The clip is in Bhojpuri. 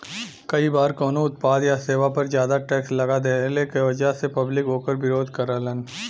कई बार कउनो उत्पाद या सेवा पर जादा टैक्स लगा देहले क वजह से पब्लिक वोकर विरोध करलन